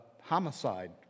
homicide